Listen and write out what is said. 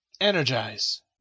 energize